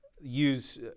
use